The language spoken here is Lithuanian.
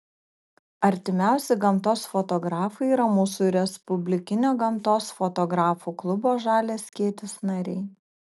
artimiausi gamtos fotografai yra mūsų respublikinio gamtos fotografų klubo žalias skėtis nariai